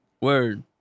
word